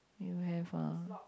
you have uh